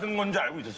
one day,